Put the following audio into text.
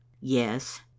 Yes